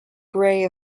gray